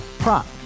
Prop